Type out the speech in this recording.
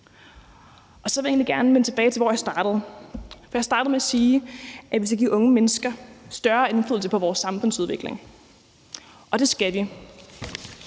Så vil jeg egentlig gerne vende tilbage til der, hvor jeg startede. Jeg startede med at sige, at vi skal give unge mennesker større indflydelse på vores samfundsudvikling. Det skal vi,